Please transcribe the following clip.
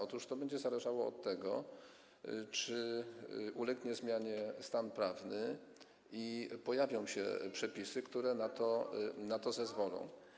Otóż to będzie zależało od tego, czy ulegnie zmianie stan prawny i pojawią się przepisy, które na to zezwolą.